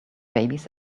babies